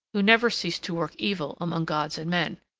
who never ceased to work evil among gods and men.